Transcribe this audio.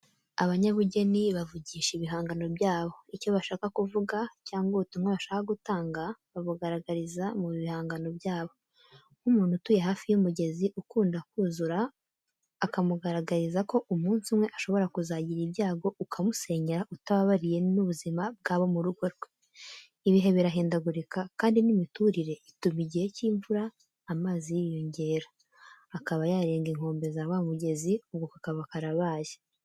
Abanyabugeni bavugisha ibihangano byabo. Icyo bashaka kuvuga cyangwa ubutumwa bashaka gutanga babugaragariza mu bihangano byabo. Nk'umuntu utuye hafi y'umugezi ukunda kuzura akamugaragariza ko umunsi umwe ashobora kuzagira ibyago ukamusenyera utababariye n'ubuzima bw'abo mu rugo rwe. Ibihe birahindagurika kandi n'imiturire ituma igihe cy'imvura amazi yiyongera, akaba yarenga inkombe za wa mugezi, ubwo kakaba karabaye.